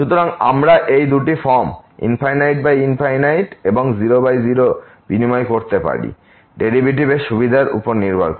সুতরাং আমরাএই দুটি ফর্ম 00 এবং ∞∞ বিনিময় করতে পারি ডেরিভেটিভের সুবিধার উপর নির্ভর করে